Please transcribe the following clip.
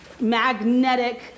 magnetic